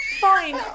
Fine